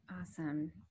awesome